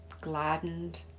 gladdened